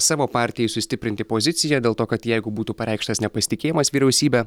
savo partijai sustiprinti poziciją dėl to kad jeigu būtų pareikštas nepasitikėjimas vyriausybe